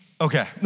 Okay